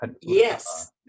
Yes